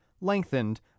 lengthened